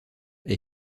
est